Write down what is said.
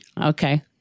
Okay